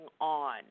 on